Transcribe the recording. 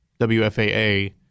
wfaa